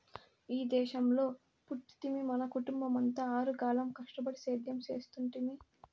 ఈ దేశంలో పుట్టితిమి మన కుటుంబమంతా ఆరుగాలం కష్టపడి సేద్యం చేస్తుంటిమి